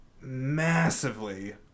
massively